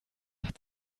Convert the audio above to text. hat